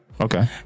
Okay